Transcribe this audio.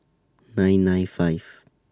nine nine five